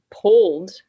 pulled